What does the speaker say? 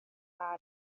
على